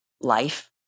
life